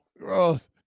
Gross